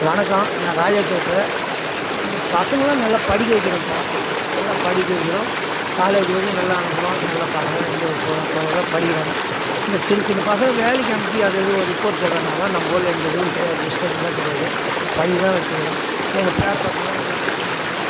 வணக்கம் நான் ராஜா தோப்பு இந்த பசங்கலாம் நல்லா படிக்க வைக்கிறோம் இப்போ நல்லா படிக்க வைக்கிறோம் காலேஜ் வரைக்கும் நல்லா அனுப்புகிறோம் நல்லா பசங்கலாம் எந்த ஒரு கொறை கொறை இல்லை படிக்கிறாங்க இந்த சின்ன சின்ன பசங்க வேலைக்கு அனுப்பி அது இது ஒரு ரிப்போர்ட் சொல்லுறாங்க அதெலாம் நம்ம ஊரில் எந்த இதுவும் கிடையாது டிஸ்டர்பெலாம் கிடையாது படிக்க தான் வச்சிக்கிறோம் எங்கள் பேரப் பசங்கலாம் நல்லா படிச்சிங்கிதுங்க